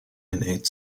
enact